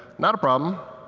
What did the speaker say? not a problem.